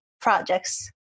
projects